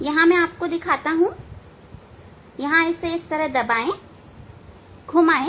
यहां मैं आपको दिखाता हूं यहां इसे दबाएं और घुमाए